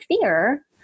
fear